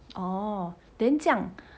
oh then 这样